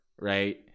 right